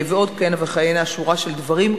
ועוד כהנה וכהנה, שורה של דברים.